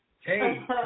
Hey